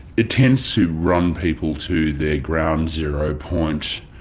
it tends to run people to their ground zero point,